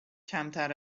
کمتر